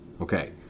okay